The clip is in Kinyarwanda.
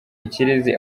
ikirezi